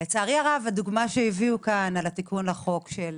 לצערי הרב הדוגמה שהביאו פה על התיקון לחוק של